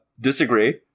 disagree